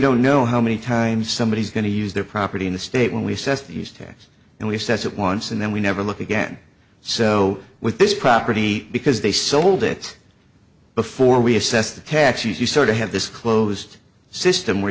don't know how many times somebody is going to use their property in the state when we set these taxes and we set it once and then we never look again so with this property because they sold it before we assessed the taxes you sort of have this closed system where